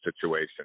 situation